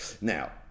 Now